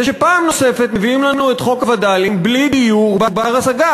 זה שפעם נוספת מביאים לנו את חוק הווד"לים בלי דיור בר-השגה.